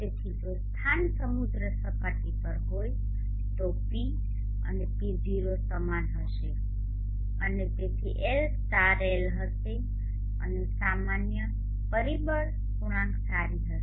તેથી જો સ્થાન સમુદ્ર સપાટી પર હોય તો P અને P0 સમાન હશે અને તેથી એલ સ્ટાર એલ હશે અને સામાન્ય પરિબળ ગુણાંક સારી છે